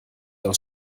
aus